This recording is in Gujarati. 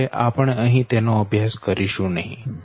જો કે આપણે અહીં તેનો અભ્યાસ કરીશું નહીં